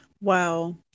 wow